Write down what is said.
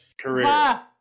career